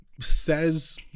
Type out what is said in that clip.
says